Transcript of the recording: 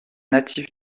natif